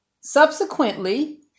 subsequently